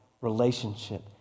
relationship